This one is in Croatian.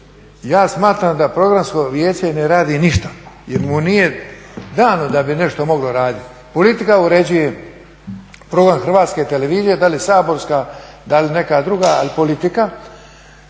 Ja smatram da Programsko vijeće ne radi ništa jer mu nije dano da bi nešto moglo raditi. Politika uređuje program HT-a, da li saborska, da li neka druga, ali politika.